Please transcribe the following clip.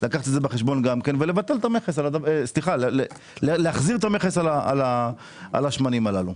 לכן אנחנו מבקשים להחזיר את המכס על השמנים האלה.